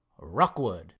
Ruckwood